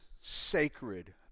sacred